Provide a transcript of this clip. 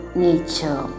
nature